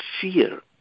fear